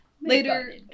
Later